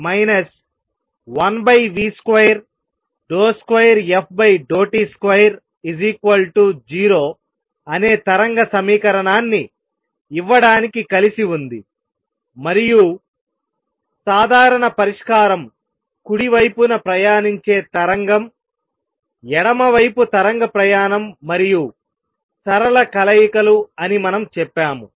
ఇది 2fx2 1v22ft20 అనే తరంగ సమీకరణాన్ని ఇవ్వడానికి కలిసి ఉంది మరియు సాధారణ పరిష్కారం కుడి వైపున ప్రయాణించే తరంగం ఎడమ వైపు తరంగ ప్రయాణం మరియు సరళ కలయికలు అని మనం చెప్పాము